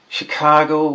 Chicago